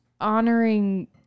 honoring